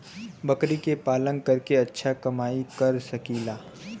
बकरी के पालन करके अच्छा कमाई कर सकीं ला?